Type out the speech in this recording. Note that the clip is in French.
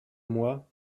moi